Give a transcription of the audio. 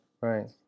right